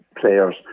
players